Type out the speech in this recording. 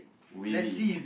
wavy